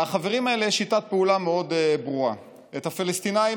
לחברים האלה יש שיטת פעולה מאוד ברורה: את הפלסטינים